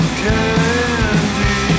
candy